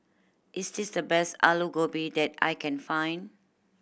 is this the best Alu Gobi that I can find